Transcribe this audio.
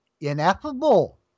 ineffable